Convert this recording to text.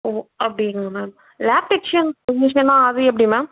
ஒ அப்படிங்களா ma'am lab டெக்ஷன் டெக்னிஷியன்னா அது எப்படி மேம்